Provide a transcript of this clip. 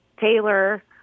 taylor